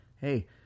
hey